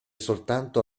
soltanto